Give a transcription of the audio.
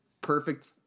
perfect